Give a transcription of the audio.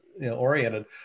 oriented